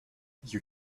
you